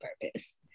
purpose